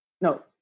no